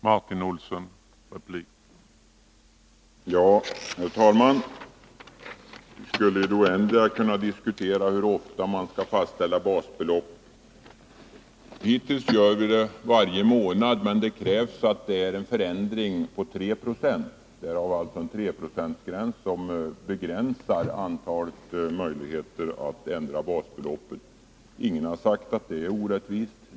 Herr talman! Vi skulle kunna diskutera i det oändliga hur ofta man skall fastställa basbeloppet. Hittills har man gjort det varje månad, men för det krävs det en prisförändring på 3 26. Det begränsar antalet möjligheter att ändra basbeloppet. Ingen har sagt att det förfarandet är orättvist.